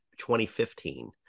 2015